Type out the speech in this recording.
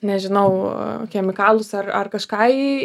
nežinau nuo chemikalus ar ar kažką į